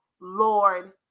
Lord